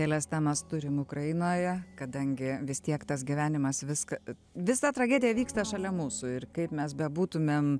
kelias temas turime ukrainoje kadangi vis tiek tas gyvenimas viską visa tragedija vyksta šalia mūsų ir kaip mes bebūtumėm